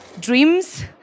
dreams